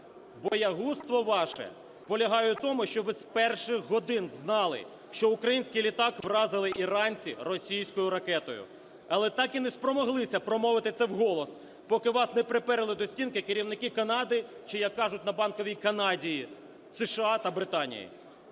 Боягузтво ваше полягає в тому, що ви з перших годин знали, що український літак вразили іранці російською ракетою, але так і не спромоглися промовити це вголос, поки вас не приперли до стінки керівники Канади чи, як кажуть на Банковій, Канадії, США та Британії.